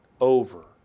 over